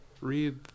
read